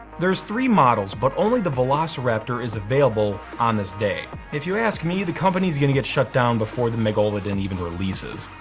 there's three models, but only the velociraptor is available on this day. if you ask me, the company's gonna get shut down before the megalodon even releases.